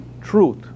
truth